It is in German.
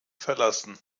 verlassen